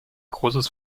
großes